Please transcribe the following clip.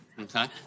Okay